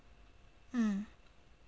mm